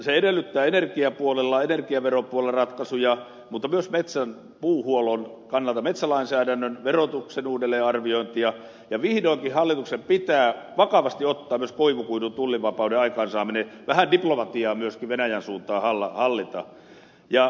se edellyttää energiaveropuolella ratkaisuja mutta myös puuhuollon kannalta metsälainsäädännön ja verotuksen uudelleenarviointia ja vihdoinkin hallituksen pitää vakavasti ottaa myös koivukuidun tullivapauden aikaansaaminen vähän diplomatiaa myöskin venäjän suuntaan hallintaan